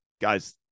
guys